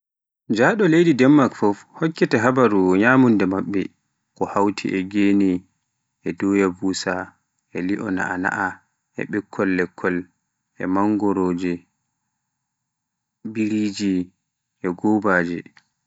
Njaɗo leydi Demmak fuf, hokkete habaruuji, nyamunda maɓɓe, ko hawti e gene, e doya busa, li'o na'ana e ɓikkol lekkol ba mangoroje, gobaaje, e biriji.